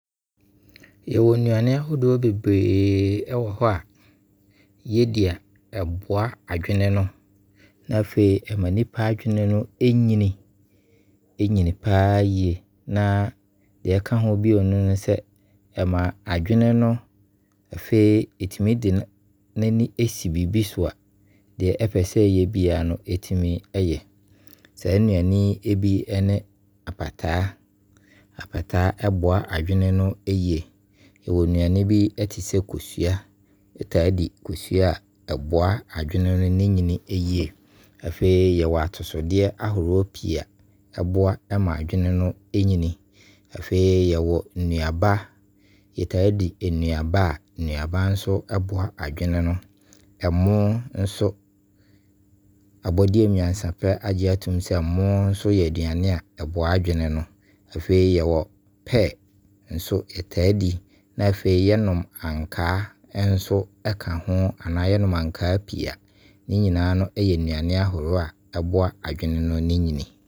Yɛwɔ nnuane ahoroɔ ɛwɔ hɔ a, yɛdi a ɛboa adwene no na afei ɛma nipa adwene no yini, ɛyini paa yie. Na deɛ ɛka ho bio ne sɛ ɛma adwene no, afei ɛtumi de si biribi so a, deɛ ɛpɛ sɛ ɛyɛ biara no ɛtumi ɛyɛ. Saa nnuane yi ne Apataa Apataa ɛboa adwene no yie. Yɛwɔ nnuane bi ɛte sɛ Kosua, wo taa di Kosua a ɛboa adwene no ne yini yie Afei, yɛwɔ atosodeɛ ahoroɔ pii a ɛboa ma adwene no ɛyini. Afei, yɛwɔ nnuaba, yɛtaa di nnuaba a, nnuaba nso boa adwene no. Ɛmo nso, abɔdeɛ nyansa pɛ agye atom sɛ, ɛmo nso yɛ aduane a ɛboa adwene no. Afei yɛwɔ 'pear' nso, yɛtaa di a, afei nso yɛnom ankaa nso ɛka ho anaa yɛnom ankaa pii. Ne nyinaa yɛ nnuane ahoroɔ a ɛboa adwene no ne yini.